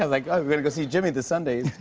like, we're going to go see jimmy this sunday.